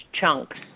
chunks